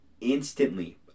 instantly